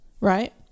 right